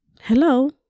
hello